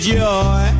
joy